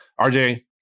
RJ